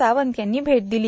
सावंत यांनी भेट दिली